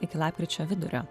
iki lapkričio vidurio